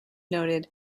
noted